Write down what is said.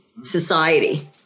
society